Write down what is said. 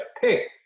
pick